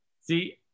See